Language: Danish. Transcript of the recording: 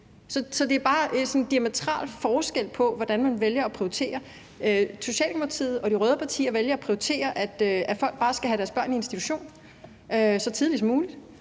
Så det er bare sådan en diametral modsætning til, hvordan man vælger at prioritere. Socialdemokratiet og de røde partier vælger at prioritere, at folk bare skal have deres børn i institution så tidligt som muligt,